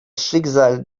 schicksal